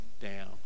down